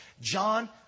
John